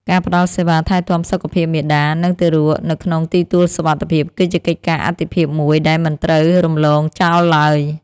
ការផ្តល់សេវាថែទាំសុខភាពមាតា និងទារកនៅក្នុងទីទួលសុវត្ថិភាព គឺជាកិច្ចការអាទិភាពមួយដែលមិនត្រូវរំលងចោលឡើយ។